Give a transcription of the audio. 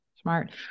smart